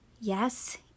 yes